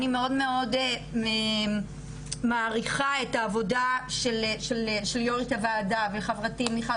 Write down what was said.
אני מאוד מעריכה את העבודה של יו"ר הועדה וחברתי מיכל